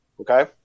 okay